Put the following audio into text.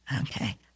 Okay